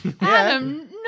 Adam